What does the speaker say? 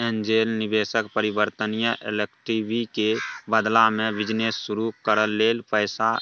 angel निवेशक परिवर्तनीय equity के बदला में बिजनेस शुरू करइ लेल पैसा